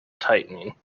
tightening